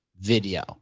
video